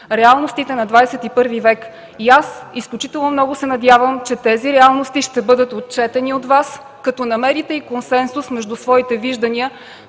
реалностите на ХХІ век. Аз изключително много се надявам, че тези реалности ще бъдат отчетени от Вас, като намерите и консенсус между своите виждания,